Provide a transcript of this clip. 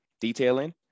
Detailing